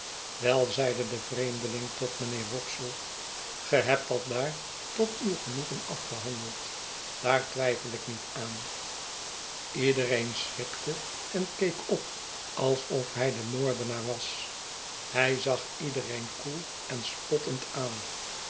wel zeide de vreemdeling tot mijnheer wopsle ge hebt dat daar tot uw genoegen afgenandeld daar twijfel ik niet aan iedereen schrikte en keek op alsof hij de moordenaar was hij zag iedereen koel en spottend aan